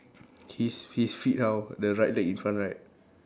his his feet how the right leg in front right